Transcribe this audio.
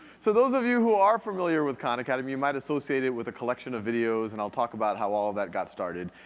so, those of you who are familiar with khan academy, you might associate it with a collection of videos, and i'll talk about how all that got started.